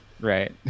Right